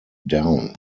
down